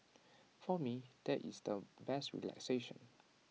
for me that is the best relaxation